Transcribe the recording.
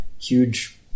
huge